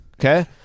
Okay